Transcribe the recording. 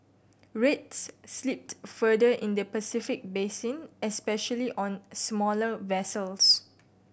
rates slipped further in the Pacific basin especially on smaller vessels